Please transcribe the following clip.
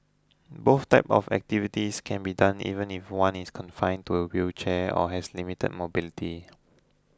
both types of activities can be done even if one is confined to a wheelchair or has limited mobility